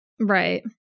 Right